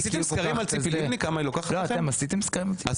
עשיתם סקרים על ציפי לבני כמה היא לוקחת לכם?